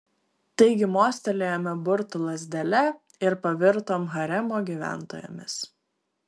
taigi mostelėjome burtų lazdele ir pavirtom haremo gyventojomis